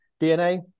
DNA